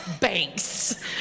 banks